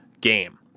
game